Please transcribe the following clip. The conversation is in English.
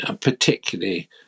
particularly